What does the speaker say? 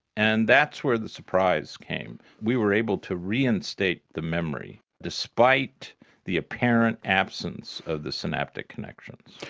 and that's where the surprise came. we were able to reinstate the memory, despite the apparent absence of the synaptic connections.